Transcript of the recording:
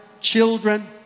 children